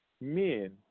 men